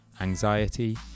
anxiety